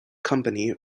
company